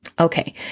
Okay